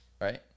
right